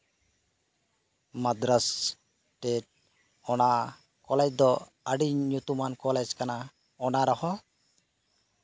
ᱢᱟᱫᱽᱨᱟᱥ ᱴᱮᱴ ᱚᱱᱟ ᱠᱚᱞᱮᱡ ᱫᱚ ᱟᱹᱰᱤ ᱧᱩᱛᱩᱢᱟᱱ ᱠᱚᱞᱮᱡ ᱠᱟᱱᱟ ᱚᱱᱟ ᱨᱮᱦᱚᱸ